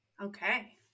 Okay